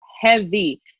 heavy